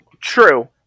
true